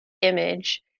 image